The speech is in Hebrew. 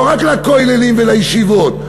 לא רק לכוללים ולישיבות,